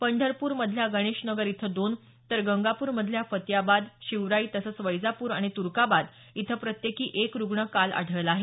पंढरपूरमधल्या गणेश नगर इथं दोन तर गंगापूरमधल्या फतियाबाद शिवराई तसंच वैजापूर आणि तुर्काबाद इथं प्रत्येकी एक रुग्ण काल आढळला आहे